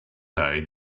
day